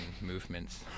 movements